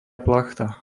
plachta